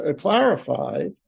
clarified